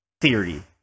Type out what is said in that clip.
theory